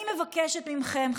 אני מבקשת מכם,